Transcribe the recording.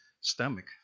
stomach